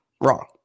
wrong